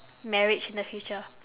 marriage in the future